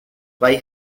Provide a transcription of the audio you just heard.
why